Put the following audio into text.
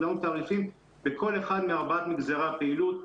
הגדלנו תעריפים בכל אחד מארבעת מגזרי הפעילות.